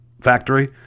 factory